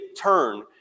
turn